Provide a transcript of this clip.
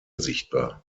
sichtbar